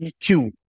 EQ